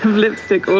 lipstick.